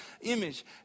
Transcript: image